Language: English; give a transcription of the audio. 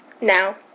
Now